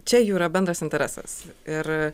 čia jų yra bendras interesas ir